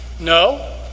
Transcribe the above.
No